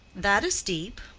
that is deep.